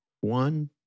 One